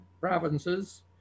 provinces